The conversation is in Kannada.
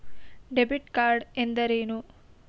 ಡೆಬಿಟ್ ಕಾರ್ಡ್ ಎಂದರೇನು?